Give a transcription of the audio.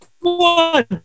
one